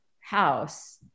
house